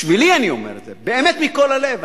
בשבילי אני אומר את זה, באמת מכל הלב.